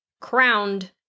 crowned